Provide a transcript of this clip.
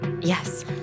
Yes